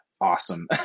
awesome